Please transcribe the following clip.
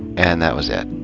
and that was it.